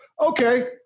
okay